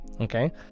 okay